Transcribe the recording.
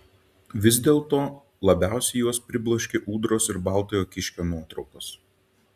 vis dėlto labiausiai juos pribloškė ūdros ir baltojo kiškio nuotraukos